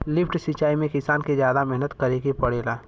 lift सिचाई में किसान के जादा मेहनत करे के पड़ेला